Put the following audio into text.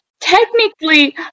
technically